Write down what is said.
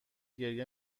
گریه